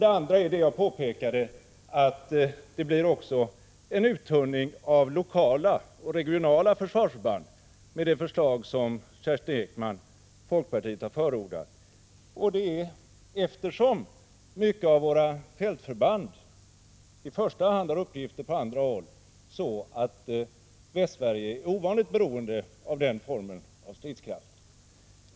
Det andra är att, som jag påpekade, det förslag som Kerstin Ekman och folkpartiet har förordat också innebär en uttunning av lokala och regionala försvarsförband. Det blir så att Västsverige är ovanligt beroende av denna form av stridskraft, eftersom mycket av våra fältförband i första hand har uppgifter på andra håll.